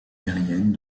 aérienne